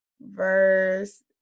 verse